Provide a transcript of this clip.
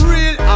Real